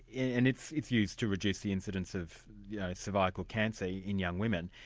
and it's it's used to reduce the incidence of yeah cervical cancer in young women.